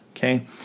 Okay